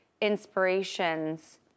inspirations